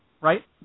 right